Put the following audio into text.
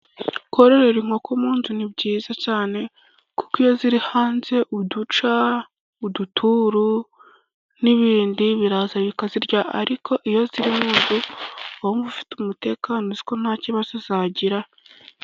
Kororera inkoko mu nzu ni byiza cane, kuko iyo ziri hanze uduca, uduturu n'ibindi biraza bikazirya ariko iyo ziri mu nzu uba wumva ufite umutekano uzi ko nta kibazo zagira.